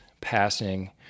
passing